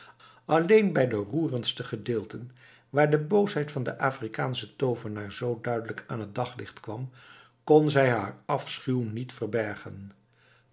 alleen bij de roerendste gedeelten waar de boosheid van den afrikaanschen toovenaar zoo duidelijk aan t daglicht kwam kon zij haar afschuw niet verbergen